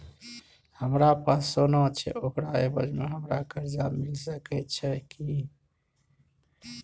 हमरा पास सोना छै ओकरा एवज में हमरा कर्जा मिल सके छै की?